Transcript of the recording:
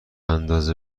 اندازه